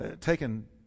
taken